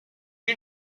you